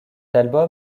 album